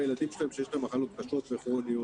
הילדים שלהם שיש להם מחלות קשות וכרוניות,